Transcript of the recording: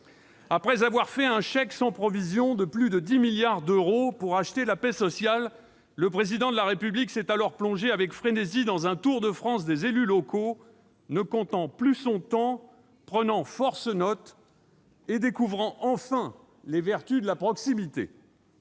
Après avoir fait un chèque sans provision de plus de 10 milliards d'euros pour acheter la paix sociale, le Président de la République s'est lancé avec frénésie dans un tour de France des élus locaux, ne comptant plus son temps, prenant force notes et découvrant enfin les vertus de la proximité.